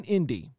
Indy